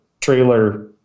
trailer